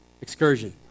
excursion